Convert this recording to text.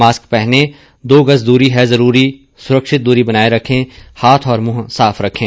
mask पहनें दो गज दूरी है जरूरी सुरक्षित दूरी बनाये रखें हाथ और मुंह साफ रखें